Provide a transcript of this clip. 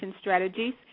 Strategies